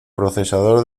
procesador